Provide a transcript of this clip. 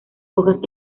hojas